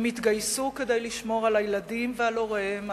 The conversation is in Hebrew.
יתגייסו כדי לשמור על הילדים ועל הוריהם,